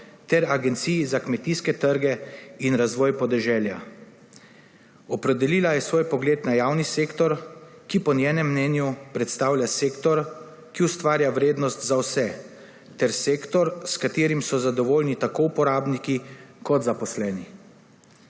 ter Agenciji za kmetijske trge in razvoj podeželja. Opredelila je svoj pogled na javni sektor, ki po njenem mnenju predstavlja sektor, ki ustvarja vrednost za vse, ter sektor, s katerim so zadovoljni tako uporabniki kot zaposleni.